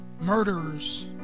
murderers